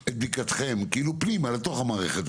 אני מבקש את בדיקתכם פנימה לתוך המערכת.